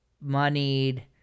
moneyed